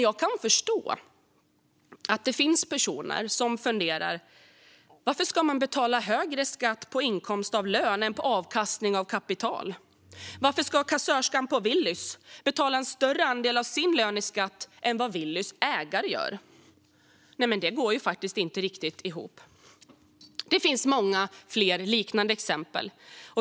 Jag kan förstå att det finns personer som undrar varför man ska betala mer skatt på inkomst av lön än på avkastning av kapital. Varför ska kassörskan på Willys betala en större andel av sin lön i skatt än vad Willys ägare gör? Det går faktiskt inte ihop. Det finns många fler liknande exempel.